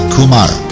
Kumar